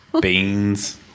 beans